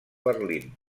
berlín